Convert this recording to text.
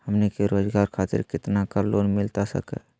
हमनी के रोगजागर खातिर कितना का लोन मिलता सके?